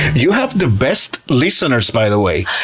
you have the best listeners, by the way.